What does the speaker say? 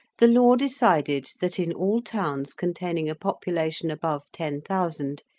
the law decided that in all towns containing a population above ten thousand,